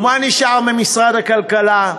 ומה נשאר ממשרד הכלכלה?